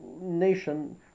nation